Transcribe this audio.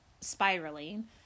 spiraling